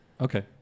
Okay